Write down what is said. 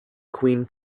queen